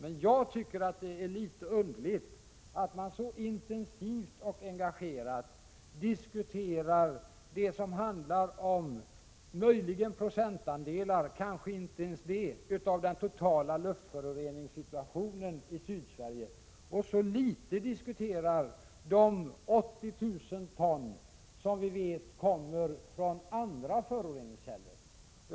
Men jag tycker att det är litet underligt att man så intensivt och engagerat diskuterar det som möjligen handlar om procentandelar, och kanske inte ens det, av den totala luftföroreningssituationen i Sydsverige och så litet diskuterar de 80 000 ton som vi vet kommer från andra föroreningskällor.